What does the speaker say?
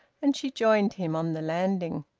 and she joined him on the landing.